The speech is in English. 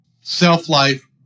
self-life